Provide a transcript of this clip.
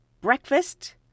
breakfast